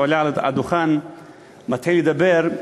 עולה על הדוכן ומתחיל לדבר,